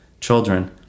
children